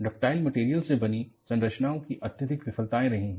ductile material से बनी संरचनाओं की अत्यधिक विफलताऐं रही है